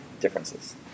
differences